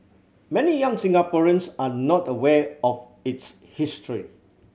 many young Singaporeans are not aware of its history